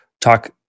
talk